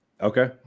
Okay